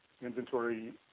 inventory